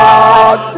God